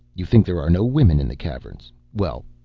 you think there are no women in the caverns? well,